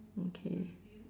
okay